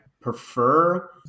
prefer